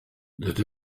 that